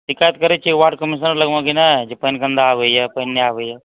शिकायत करैत छियै वार्ड कमीश्नर लगमे कि नहि जे पानि गन्दा आबैया पानि नहि आबैया